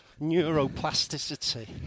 neuroplasticity